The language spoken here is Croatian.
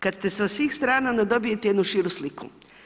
Kada ste sa svih strana onda dobijete jednu širu sliku.